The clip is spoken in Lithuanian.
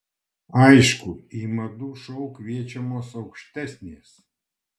aišku į madų šou kviečiamos aukštesnės